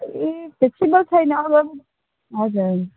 ए हजुर